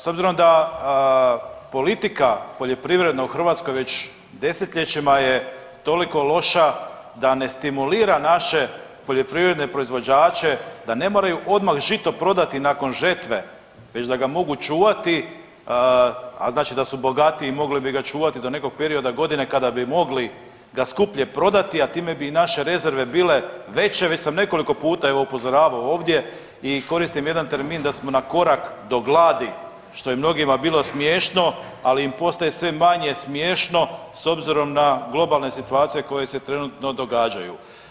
S obzirom da politika poljoprivredna u Hrvatskoj već desetljećima je toliko loša da ne stimulira naše poljoprivredne proizvođače da ne moraju odmah žito prodati nakon žetve već da ga mogu čuvati, a znači da su bogatiji, mogli bi ga čuvati do nekog perioda godine kada bi mogli ga skuplje prodati, a time bi i naše rezerve bile veće, već sam nekoliko puta, evo, upozoravao ovdje i koristim jedan termin da smo na korak do gladi, što je mnogima bilo smiješno, ali postaje sve manje smiješno s obzirom na globalne situacije koje se trenutno događaju.